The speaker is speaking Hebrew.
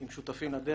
עם שותפים לדרך,